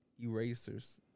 Erasers